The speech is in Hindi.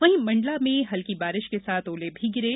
वहीं मंडला में हल्की बारिश के साथ ओले भी गिरे